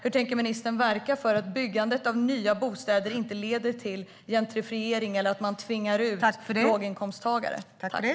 Hur tänker ministern verka för att byggandet av nya bostäder inte leder till gentrifiering eller att låginkomsttagare tvingas ut?